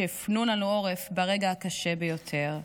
שהפנו לנו עורף ברגע הקשה ביותר.